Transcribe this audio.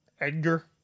Edgar